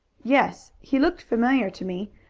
yes. he looked familiar to me,